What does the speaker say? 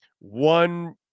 one